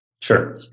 Sure